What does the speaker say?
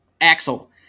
Axel